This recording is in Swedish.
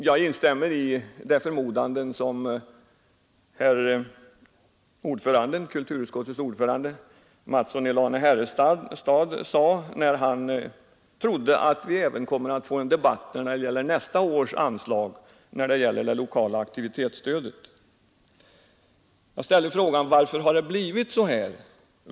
Jag instämmer i den förmodan som kulturutskottets ordförande, herr Mattsson i Lane Herrestad, uttalade, nämligen att vi kommer att få en debatt även när det gäller nästa års anslag till det lokala aktivitetsstödet. Varför har det blivit så här?